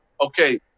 okay